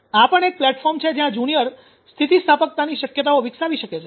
આ પણ એક પ્લેટફોર્મ છે જ્યાં જુનિયર સ્થિતિસ્થાપકતાની શક્યતાઓ વિકસાવી શકે છે